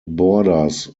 borders